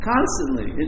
Constantly